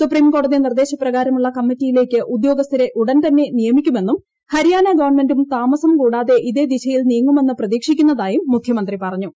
സുപ്രീംകോടതി നിർദ്ദേശപ്രകാരമുള്ള കമ്മറ്റിയിലേക്ക് ഉദ്യോഗസ്ഥരെ ഉടൻ തന്നെ നിയമിക്കുമെന്നും ഹരിയാന ഗവൺമെന്റും താമസം കൂടാതെ ഇതേ ദിശയിൽ നീങ്ങുമെന്ന് പ്രതീക്ഷിക്കുന്നതായും മുഖ്യമന്ത്രി പറഞ്ഞു